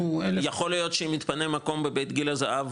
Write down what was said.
יכול להיות שאם מתפנה מקום בבית גיל הזהב,